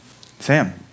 Sam